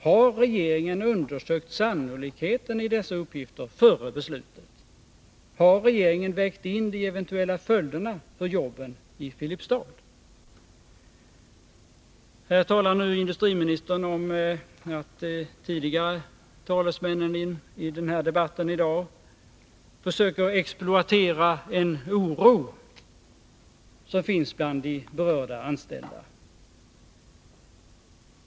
Har regeringen undersökt sannolikheten i dessa uppgifter före beslutet? Nr 98 Har regeringen vägt in de eventuella följderna för jobben i Filipstad? Tisdagen den Industriministern säger här att de tidigare talarna i dagens debatt försöker 16 mars 1982 exploatera den oro som finns bland berörda anställda.